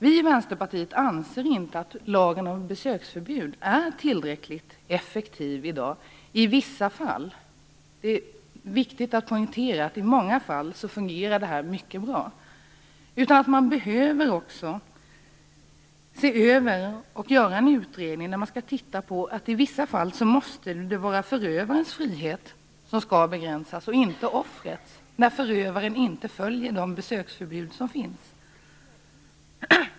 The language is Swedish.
Vi i Vänsterpartiet anser inte att lagen om besöksförbud är tillräckligt effektiv i dag i vissa fall. Det är viktigt att poängtera att den i många fall fungerar mycket bra, men man behöver också se över detta och göra en utredning där man tittar på att det i vissa fall måste vara förövarens frihet som skall begränsas, och inte offrets. Det gäller när förövaren inte följer de besöksförbud som finns.